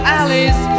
alleys